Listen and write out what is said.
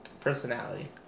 Personality